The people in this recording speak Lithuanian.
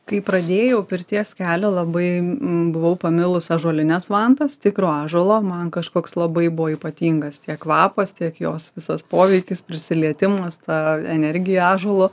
kai pradėjau pirties kelią labai buvau pamilus ąžuolines vantas tikro ąžuolo man kažkoks labai buvo ypatingas tiek kvapas tiek jos visas poveikis prisilietimas ta energija ąžuolo